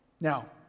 Now